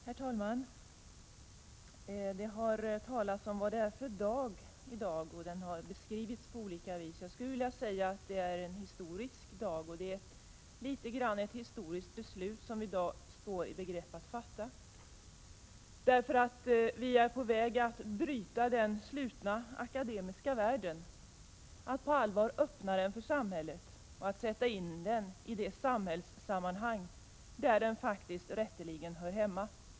Herr talman! Det har talats om vad det är för dag i dag, och den har beskrivits på olika vis. Jag skulle vilja säga att det är en historisk dag, och det är litet grand ett historiskt beslut som vi i dag står i begrepp att fatta. Vi är nämligen på väg att bryta formerna för den slutna akademiska världen, att på allvar öppna den för samhället och att sätta in den i det samhällssammanhang där den faktiskt rätteligen hör hemma.